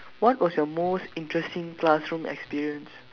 what was your most interesting classroom experience